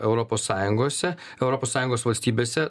europos sąjungose europos sąjungos valstybėse